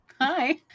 Hi